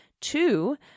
two